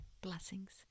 Blessings